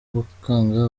gukanga